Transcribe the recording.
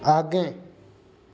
आगे